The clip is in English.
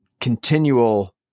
continual